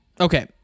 Okay